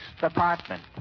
department